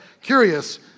curious